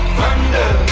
thunder